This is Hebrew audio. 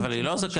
אבל היא לא זכאית,